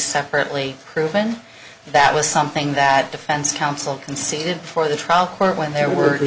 separately proven that was something that defense counsel conceded for the trial court when there were